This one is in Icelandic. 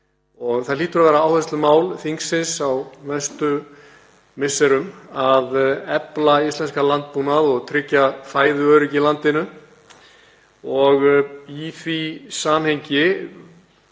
Það hlýtur að vera áherslumál þingsins á næstu misserum að efla íslenskan landbúnað og tryggja fæðuöryggi í landinu. Í því samhengi